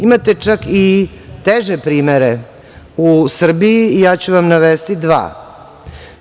Imate čak i teže primere u Srbiji u ja ću vam navesti dva.